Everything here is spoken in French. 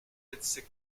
êtes